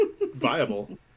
viable